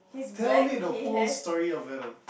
tell me the whole story of Venom